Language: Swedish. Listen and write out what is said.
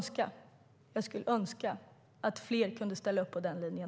Jag skulle önska att fler kunde ställa upp på den linjen.